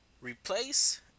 Replace